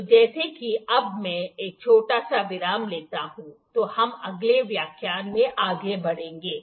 तो जैसे कि अब मैं एक छोटा सा विराम लेता हूँ तो हम अगले व्याख्यान में आगे बढ़ेंगे